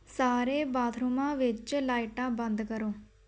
ਸਾਰੇ ਬਾਥਰੂਮਾਂ ਵਿੱਚ ਲਾਈਟਾਂ ਬੰਦ ਕਰੋ